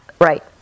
right